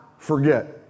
forget